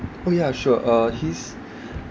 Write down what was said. oh yeah sure uh he's